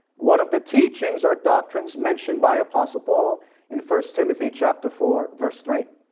one of the teachings or doctrines mentioned by apostle paul in first timothy chapter four verse three.